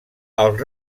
els